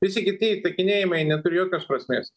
visi kiti įtikinėjimai neturi jokios prasmės